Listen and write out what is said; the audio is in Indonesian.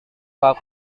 pak